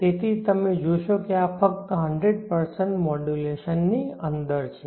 તેથી તમે જોશો કે આ ફક્ત 100 મોડ્યુલેશનની અંદર છે